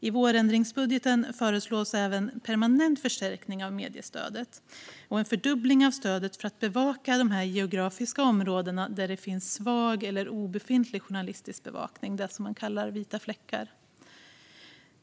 I vårändringsbudgeten föreslås även en permanent förstärkning av mediestödet och en fördubbling av stödet för att bevaka de geografiska områden där det finns svag eller obefintlig journalistisk bevakning - det som man kallar vita fläckar.